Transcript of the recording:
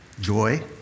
joy